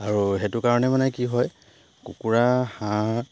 আৰু সেইটো কাৰণে মানে কি হয় কুকুৰা হাঁহ